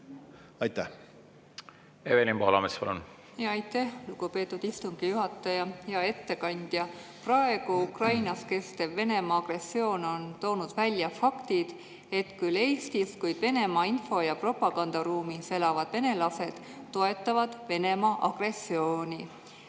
palun! Evelin Poolamets, palun! Aitäh, lugupeetud istungi juhataja! Hea ettekandja! Praegu Ukrainas kestev Venemaa agressioon on toonud välja fakti, et küll Eestis, kuid Venemaa info- ja propagandaruumis elavad venelased toetavad Venemaa agressiooni.